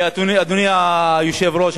אדוני היושב-ראש,